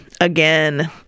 Again